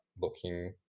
looking